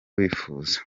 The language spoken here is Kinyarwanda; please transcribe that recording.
wifuza